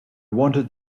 wanted